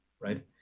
right